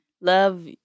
Love